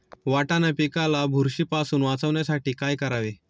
वाटाणा पिकाला बुरशीपासून वाचवण्यासाठी काय करावे?